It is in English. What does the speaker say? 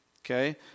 Okay